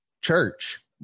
church